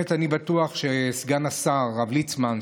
אני בטוח שסגן השר הרב ליצמן,